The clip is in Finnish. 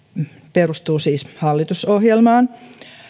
perustuu siis hallitusohjelmaan